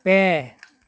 ᱯᱮ